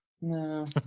No